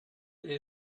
there